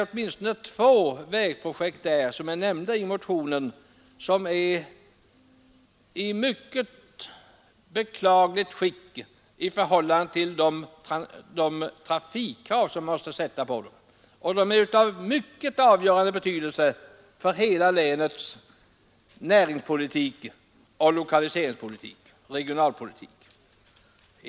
Åtminstone två vägavsnitt där är, som nämnts i motionen, i mycket beklagligt skick i förhållande till de trafiksäkerhetskrav man måste ställa på dem. De är av mycket avgörande betydelse för hela länets näringspolitik och regionalpolitik.